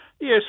Yes